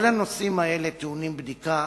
כל הנושאים האלה טעונים בדיקה,